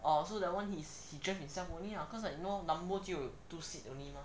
oh so that one is he drive himself only lah cause like you know lambo 只有 two seat only mah